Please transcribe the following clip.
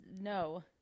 No